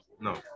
no